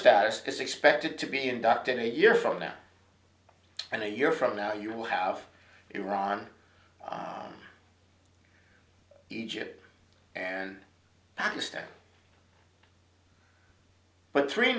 status is expected to be inducted a year from now and a year from now you will have iran egypt and pakistan but three